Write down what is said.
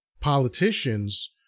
politicians